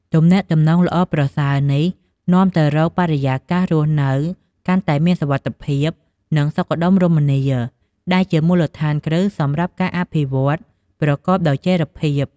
ទំនាក់ទំនងល្អប្រសើរនេះនាំទៅរក បរិយាកាសរស់នៅកាន់តែមានសុវត្ថិភាព និងសុខដុមរមនា ដែលជាមូលដ្ឋានគ្រឹះសម្រាប់ការអភិវឌ្ឍប្រកបដោយចីរភាព។